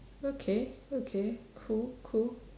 okay okay cool cool